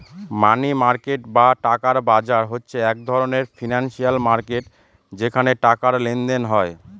মানি market বা টাকার বাজার হচ্ছে এক ধরনের ফিনান্সিয়াল মার্কেট যেখানে টাকার লেনদেন হয়